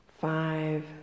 five